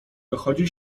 dochodzi